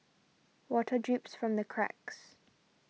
water drips from the cracks